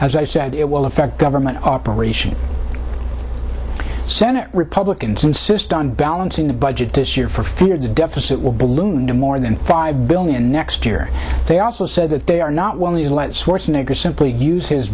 as i said it will affect government operations senate republicans insist on balancing the budget tissue for fear the deficit will balloon to more than five billion next year they also said that they are not one of these let's war snigger simply use his